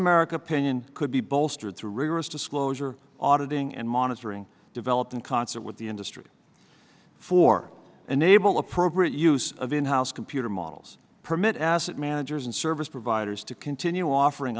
america opinion could be bolstered to rigorous disclosure auditing and monitoring developed in concert with the industry for enable appropriate use of in house computer models permit asset managers and service providers to continue offering